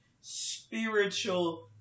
spiritual